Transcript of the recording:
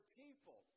people